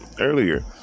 earlier